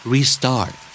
Restart